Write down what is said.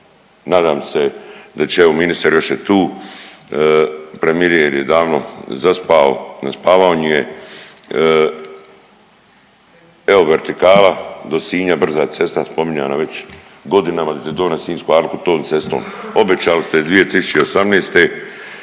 nadam se da će evo ministar još je tu premijer je davno zaspao na spavanje, evo vertikala do Sinja brza cesta spominjana već godinama … Sinjsku alku tom cestom. Obećali ste je 2018.